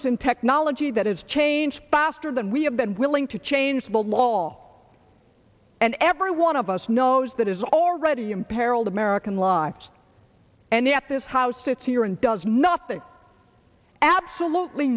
in technology that has changed faster than we have been willing to change the law and every one of us knows that is already imperiled american lives and that this house sits here and does nothing absolutely